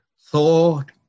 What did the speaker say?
thought